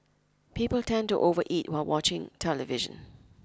people tend to overeat while watching the television